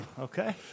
Okay